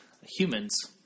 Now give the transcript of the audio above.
humans